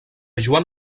joan